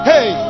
Hey